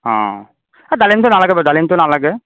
এই ডালিমটো নালাগে বাৰু ডালিমটো নালাগে